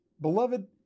Beloved